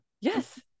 yes